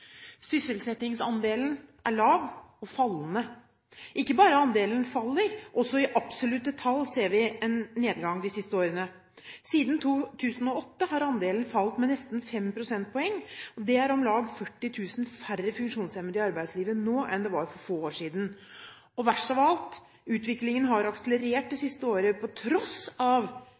Sysselsettingsandelen er lav – og fallende. Det er ikke bare andelen som faller. Også i absolutte tall har vi sett en nedgang de siste årene. Siden 2008 har andelen falt med nesten fem prosentpoeng. Det er om lag 40 000 færre funksjonshemmede i arbeidslivet nå enn det var for få år siden. Og verst av alt: Utviklingen har akselerert det siste året på tross av